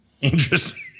Interesting